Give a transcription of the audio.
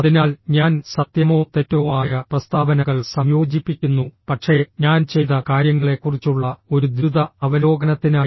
അതിനാൽ ഞാൻ സത്യമോ തെറ്റോ ആയ പ്രസ്താവനകൾ സംയോജിപ്പിക്കുന്നു പക്ഷേ ഞാൻ ചെയ്ത കാര്യങ്ങളെക്കുറിച്ചുള്ള ഒരു ദ്രുത അവലോകനത്തിനായി